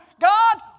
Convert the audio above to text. God